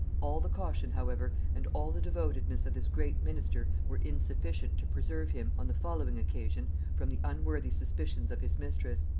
all the caution, however, and all the devotedness of this great minister were insufficient to preserve him, on the following occasion, from the unworthy suspicions of his mistress.